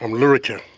um luritja.